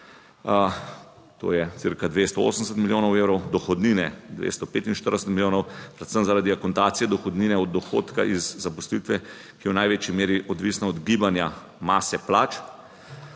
To je cirka 280 milijonov evrov, dohodnine 245 milijonov, predvsem zaradi akontacije dohodnine od dohodka iz zaposlitve, ki je v največji meri odvisna od gibanja mase plač.